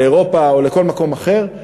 לאירופה או לכל מקום אחר.